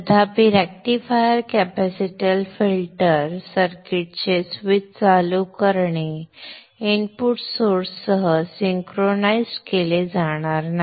तथापि rectifier capacitor filter सर्किटचे switch चालू करणे इनपुट सोर्स सह सिंक्रोनाइज्ड केले जाणार नाही